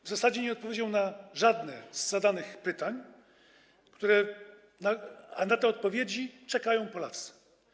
W zasadzie nie odpowiedział na żadne z zadanych pytań, a na te odpowiedzi czekają Polacy.